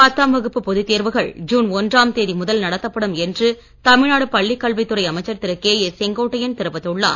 பத்தாம் வகுப்பு பொதுத்தேர்வுகள் ஜூன் ஒன்றாம் தேதி முதல் நடத்தப்படும் என்று தமிழ் நாடு பள்ளிக்கல்வித்துறை அமைச்சர் திரு கே ஏ செங்கோட்டையன் தெரிவித்துள்ளார்